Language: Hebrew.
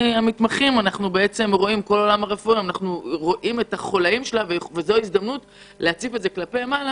אנחנו רואים את חולאי עולם הרפואה וזו הזדמנות להציף זאת כלפי מעלה